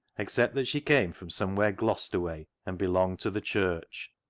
except that she came from somewhere gloucester way, and belonged to the church.